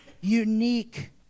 unique